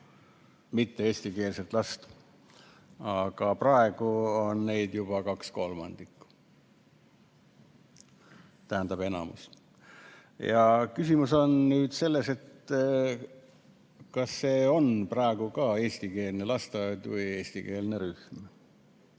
mitte-eestikeelset last, aga praegu on neid seal juba kaks kolmandikku, tähendab, enamus. Küsimus on selles, kas see on ka praegu eestikeelne lasteaed või eestikeelne rühm.